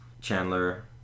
Chandler